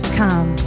come